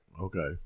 Okay